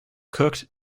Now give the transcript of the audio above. cooked